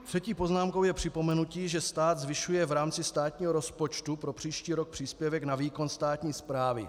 Třetí poznámkou je připomenutí, že stát zvyšuje v rámci státního rozpočtu pro příští rok příspěvek na výkon státní správy.